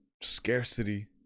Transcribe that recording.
scarcity